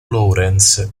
lawrence